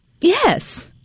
Yes